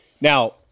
Now